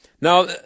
Now